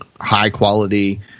high-quality